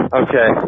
okay